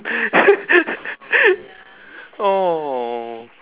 !aww!